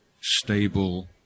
stable